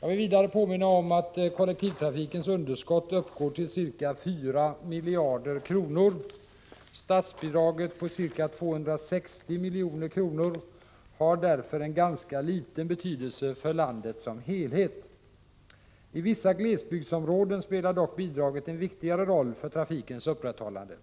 Jag vill vidare påminna om att kollektivtrafikens underskott uppgår till ca 4 miljarder kronor. Statsbidraget på ca 260 milj.kr. har därför en ganska liten betydelse för landet som helhet. I vissa glesbygdsområden spelar dock bidraget en viktigare roll för trafikens upprätthållande.